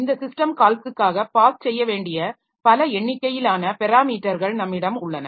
இந்த சிஸ்டம் கால்ஸ்க்காக பாஸ் செய்யவேண்டிய பல எண்ணக்கையிலான பெராமீட்டர்கள் நம்மிடம் உள்ளன